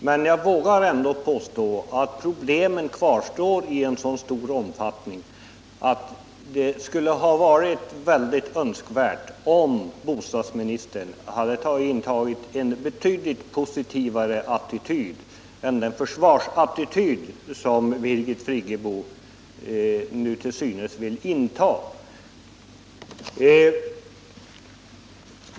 Men jag vågar påstå att problemen kvarstår i så stor omfattning att det skulle varit önskvärt att bostadsministern intagit en betydligt positivare attityd än den försvarsattityd som Birgit Friggebo vill inta.